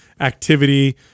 activity